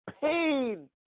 pain